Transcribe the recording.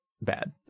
bad